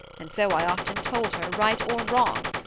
and so i often told her, right or wrong,